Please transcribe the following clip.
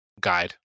Guide